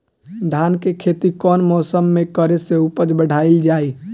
धान के खेती कौन मौसम में करे से उपज बढ़ाईल जाई?